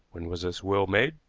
when was this will made?